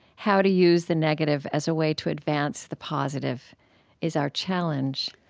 how to use the negative as a way to advance the positive is our challenge.